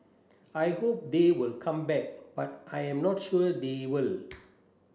I hope they will come back but I am not sure they will